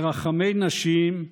ברחמי נשים,